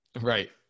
Right